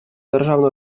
державну